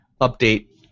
update